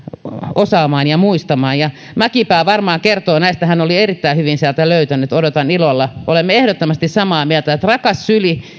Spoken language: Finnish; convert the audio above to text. osaamaan ja muistamaan mäkipää varmaan kertoo näistä hän oli erittäin hyvin sieltä löytänyt odotan ilolla olemme ehdottomasti samaa mieltä että rakas syli